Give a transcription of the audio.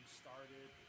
started